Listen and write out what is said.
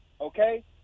okay